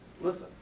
listen